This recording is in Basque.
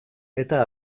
eta